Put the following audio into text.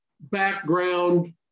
background